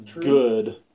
good